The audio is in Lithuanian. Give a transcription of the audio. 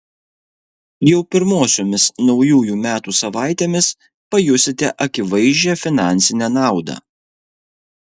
jau pirmosiomis naujųjų metų savaitėmis pajusite akivaizdžią finansinę naudą